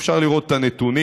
אפשר לראות הנתונים,